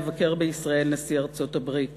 יבקר בישראל נשיא ארצות-הברית